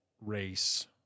race